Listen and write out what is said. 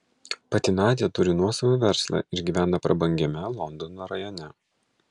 pati nadia turi nuosavą verslą ir gyvena prabangiame londono rajone